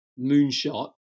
moonshot